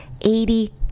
eighty